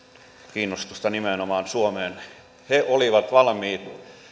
kiinnostusta nimenomaan suomeen he olivat valmiit